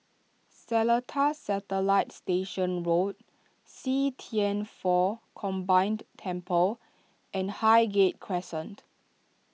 Seletar Satellite Station Road See Thian Foh Combined Temple and Highgate Crescent